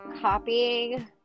copying